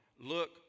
look